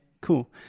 cool